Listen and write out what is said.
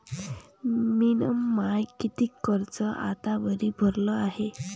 मिन माय कितीक कर्ज आतावरी भरलं हाय?